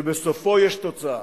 שבסופו יש תוצאה.